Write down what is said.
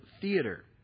theater